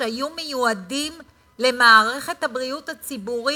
שהיו מיועדים למערכת הבריאות הציבורית,